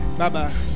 Bye-bye